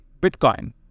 Bitcoin